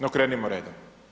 No krenimo redom.